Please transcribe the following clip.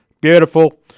beautiful